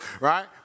right